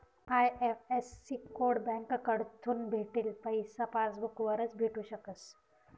IFSC code बँककडथून भेटेल पैसा पासबूक वरच भेटू शकस